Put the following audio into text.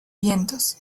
vientos